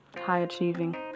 high-achieving